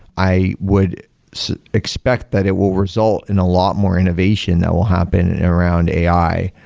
i would expect that it will result in a lot more innovation that will happen around ai.